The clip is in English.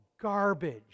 garbage